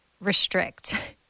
restrict